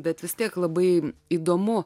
bet vis tiek labai įdomu